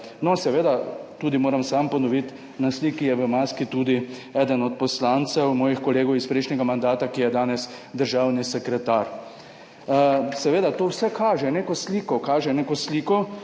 No, seveda, moram tudi sam ponoviti, na sliki je v maski tudi eden od poslancev, mojih kolegov iz prejšnjega mandata, ki je danes državni sekretar. To vse kaže neko sliko, kaže neko sliko,